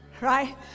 right